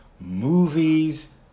movies